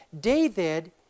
David